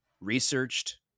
researched